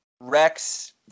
Rex